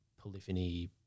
polyphony